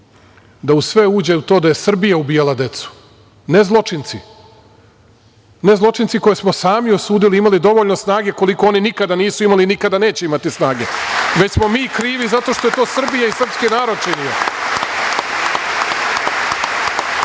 da u sve uđe da ja Srbija ubijala decu, ne zločinci, zločinci koje smo sami osudili, imali dovoljno snage koliko oni nikada nisu imali i nikada neće imati snage, već smo mi krivi, zato što je to Srbija i srpski narod činio.